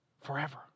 forever